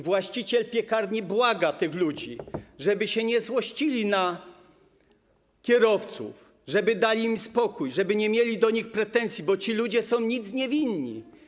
Właściciel piekarni błagał tych ludzi, żeby się nie złościli na kierowców, żeby dali im spokój, żeby nie mieli do nich pretensji, bo ci ludzie są niewinni.